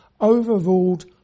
overruled